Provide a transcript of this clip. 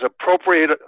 appropriate